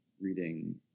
reading